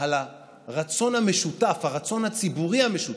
על הרצון המשותף, על הרצון הציבורי המשותף,